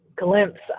Glimpse